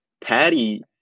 Patty